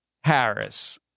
Harris